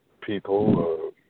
people